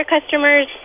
customers